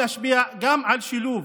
על שילוב